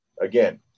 again